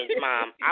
mom